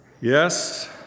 Yes